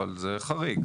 אבל זה חריג.